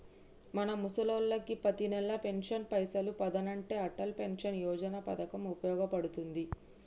మన ముసలోళ్ళకి పతినెల పెన్షన్ పైసలు పదనంటే అటల్ పెన్షన్ యోజన పథకం ఉపయోగ పడుతుంది